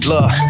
Look